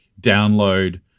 download